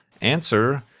answer